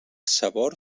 sabor